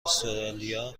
استرالیا